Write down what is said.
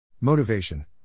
Motivation